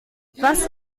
was